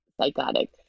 psychotic